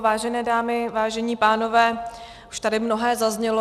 Vážené dámy, vážení pánové, už tady mnohé zaznělo.